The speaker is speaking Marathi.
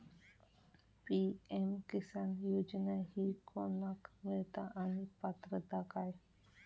पी.एम किसान योजना ही कोणाक मिळता आणि पात्रता काय?